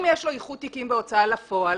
אם יש לו איחוד תיקים בהוצאה לפועל,